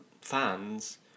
fans